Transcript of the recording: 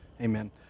Amen